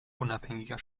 unabhängiger